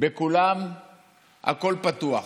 בכולן הכול פתוח,